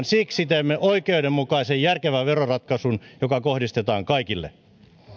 siksi teemme oikeudenmukaisen ja järkevän veroratkaisun joka kohdistetaan kaikille